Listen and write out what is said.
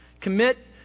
Commit